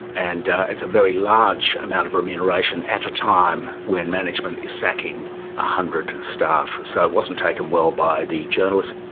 and it's a very large amount of remuneration at a time when management is sacking one hundred staff, so it wasn't taken well by the journalists.